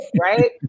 Right